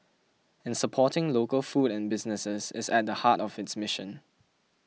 and supporting local food and businesses is at the heart of its mission